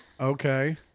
Okay